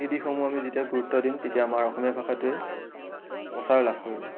এই দিশসমূহ আমি যেতিয়া গুৰুত্ব দিম তেতিয়া আমাৰ অসমীয়া ভাষাটোৱে প্ৰচাৰ লাভ কৰিব